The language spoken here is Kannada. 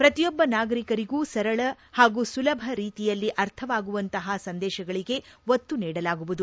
ಪ್ರತಿಯೊಬ್ಬ ನಾಗರಿಕರಿಗೂ ಸರಳ ಹಾಗೂ ಸುಲಭ ರೀತಿಯಲ್ಲಿ ಅರ್ಥವಾಗುವಂತಹ ಸಂದೇಶಗಳಿಗೆ ಒತ್ತು ನೀಡಲಾಗುವುದು